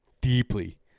deeply